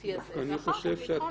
המשמעותי הזה ואחר כך לבחון.